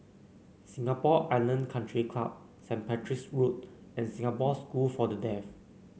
Singapore Island Country Club Saint Patrick's Road and Singapore School for the Deaf